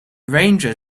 ranger